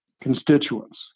constituents